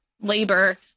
labor